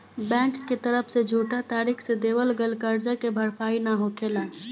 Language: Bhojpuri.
बैंक के तरफ से झूठा तरीका से देवल गईल करजा के भरपाई ना होखेला